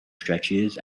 stretches